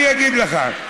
אני אגיד לך: